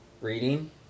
Reading